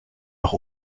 noch